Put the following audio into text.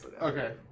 Okay